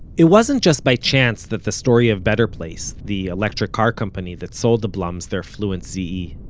it wasn't just by chance that the story of better place, the electric car company that sold the blums their fluence z e,